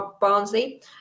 Barnsley